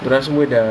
they give